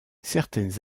certaines